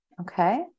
Okay